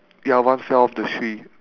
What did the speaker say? ya one fell off the tree